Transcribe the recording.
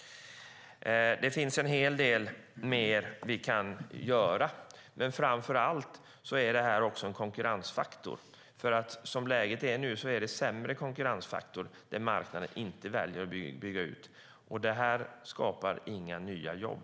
Det finns en hel del mer vi kan göra. Framför allt handlar det om konkurrensfaktorn. I nuläget är konkurrensen sämre där marknaden väljer att inte bygga ut. Det skapar inga nya jobb.